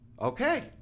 Okay